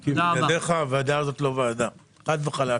כי בלעדיך הוועדה הזאת לא ועדה, חד וחלק.